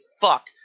fuck